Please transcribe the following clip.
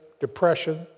depression